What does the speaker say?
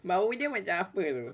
bau dia macam apa tu